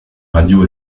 radio